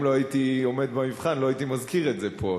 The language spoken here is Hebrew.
אם לא הייתי עומד במבחן לא הייתי מזכיר את זה פה.